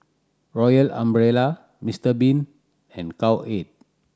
Royal Umbrella Mister Bean and Cowhead